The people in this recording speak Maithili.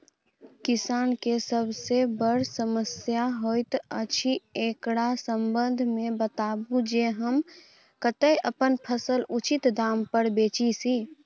किसान के सबसे बर समस्या होयत अछि, एकरा संबंध मे बताबू जे हम कत्ते अपन फसल उचित दाम पर बेच सी?